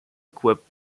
equipped